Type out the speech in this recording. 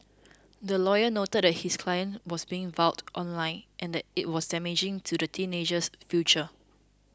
the lawyer noted that his client was being vilified online and that this was damaging to the teenager's future